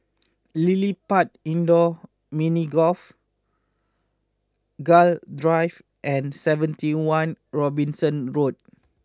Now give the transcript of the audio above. LilliPutt Indoor Mini Golf Gul Drive and seventy one Robinson Road